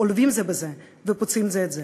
עולבים זה בזה ופוצעים זה את זה.